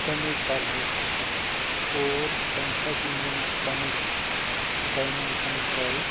تَمے کَلرُک اور تمہِ ساتہِ یِم زَن تَمِیٚکۍ ڈایمیٚنشَنٕز ہایِکھ